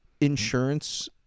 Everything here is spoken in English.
insurance